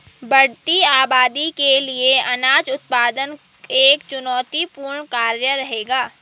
बढ़ती आबादी के लिए अनाज उत्पादन एक चुनौतीपूर्ण कार्य रहेगा